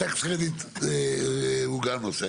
זיכוי מס הוא גם נושא.